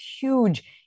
huge